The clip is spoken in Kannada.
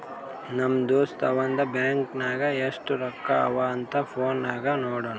ನಮ್ ದೋಸ್ತ ಅವಂದು ಬ್ಯಾಂಕ್ ನಾಗ್ ಎಸ್ಟ್ ರೊಕ್ಕಾ ಅವಾ ಅಂತ್ ಫೋನ್ ನಾಗೆ ನೋಡುನ್